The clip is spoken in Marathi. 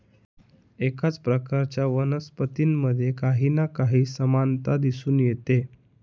एकाच प्रकारच्या वनस्पतींमध्ये काही ना काही समानता दिसून येते